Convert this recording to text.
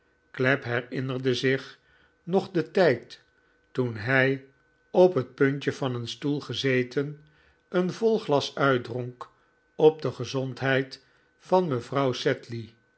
clapp herinnerde zich nog den tijd toen hij op het puntje van een stoel gezeten een vol glas uitdronk op de gezondheid van mevrouw